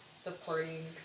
supporting